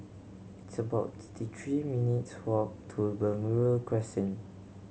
it's about thirty three minutes' walk to Balmoral Crescent